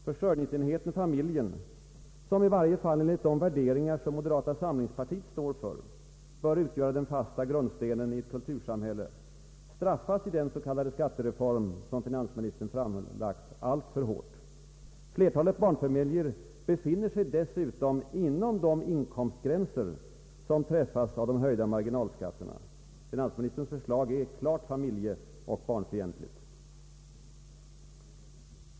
Försörjningsenheten familjen, som i varje fall enligt de värderingar som moderata samlingspartiet står för, bör utgöra den fasta grundstenen i ett kultursamhälle, straffas alltför hårt i den s.k. skattereform som finansministern framlagt. Flertalet barnfamiljer befinner sig dessutom inom de inkomstgränser där man drabbas av de höjda marginalskatterna. Finansministerns förslag är klart familjeoch barnfientligt.